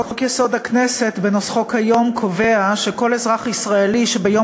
חוק-יסוד: הכנסת בנוסחו כיום קובע שכל אזרח ישראלי שביום